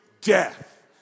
death